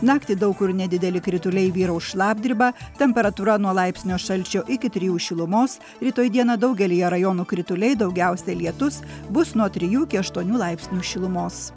naktį daug kur nedideli krituliai vyraus šlapdriba temperatūra nuo laipsnio šalčio iki trijų šilumos rytoj dieną daugelyje rajonų krituliai daugiausiai lietus bus nuo trijų iki aštuonių laipsnių šilumos